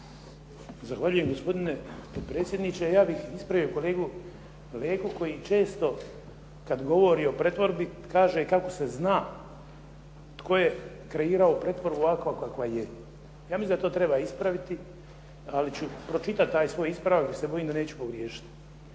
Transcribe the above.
Zahvaljujem gospodine potpredsjedniče. Ja bih ispravio kolegu Leku koji često kad govori o pretvorbi kaže kako se zna tko je kreirao pretvorbu ovakva kakva je. Ja mislim da to treba ispraviti ali ću pročitati taj svoj ispravak i ja se bojim da neću pogriješiti.